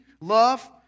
love